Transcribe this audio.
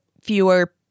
fewer